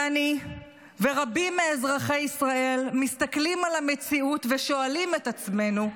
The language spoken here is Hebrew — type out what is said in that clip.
ואני ורבים מאזרחי ישראל מסתכלים על המציאות ושואלים את עצמנו: